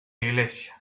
iglesia